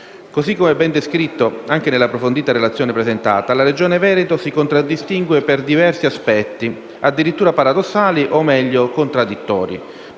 Così come è ben descritto anche nella approfondita relazione presentata, la regione Veneto si contraddistingue per diversi aspetti, addirittura paradossali o meglio contraddittori,